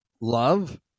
love